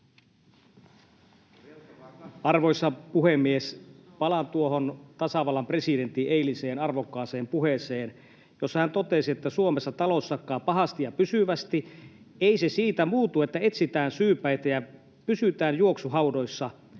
Arvoisa puhemies! Palaan tuohon tasavallan presidentin eiliseen arvokkaaseen puheeseen, jossa hän totesi: ”Suomessa talous sakkaa pahasti ja pysyvästi. Ei se siitä muutu, että etsitään syypäitä ja pysytään juoksuhaudoissa.